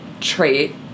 trait